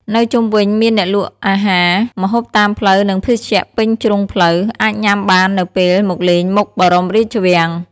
នៅជុំវិញមានអ្នកលក់អាហារ ម្ហូបតាមផ្លូវ និងភេសជ្ជៈពេញជ្រុងផ្លូវ អាចញ៉ាំបាននៅពេលមកលេងមុខបរមរាជវាំង។